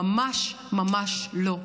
ממש-ממש לא.